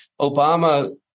Obama